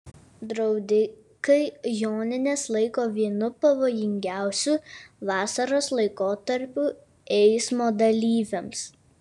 draudikai jonines laiko vienu pavojingiausių vasaros laikotarpių eismo dalyviams